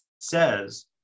says